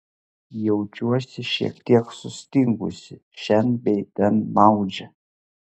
jaučiuosi šiek tiek sustingusi šen bei ten maudžia